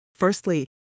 Firstly